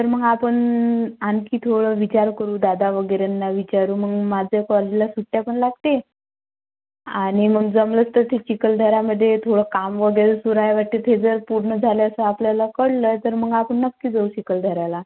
तर मग आपण आणखी थोडं विचार करू दादा वगैरेंना विचारू मग माझ्या कॉलेजला सुट्ट्या पण लागते आणि मग जमलंच तर थी चिकलधऱ्यामध्ये थोडं काम वगैरे सुरू आहे वाटते थे जर पूर्ण झालं तर आपल्याला कळलं तर मग आपण नक्की जाऊ चिकलदऱ्याला